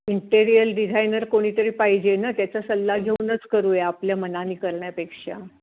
interior designer कोणीतरी पाहिजे ना त्याचा सल्ला घेऊनच करूया आपल्या मनाने करण्यापेक्षा